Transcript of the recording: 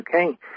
okay